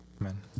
Amen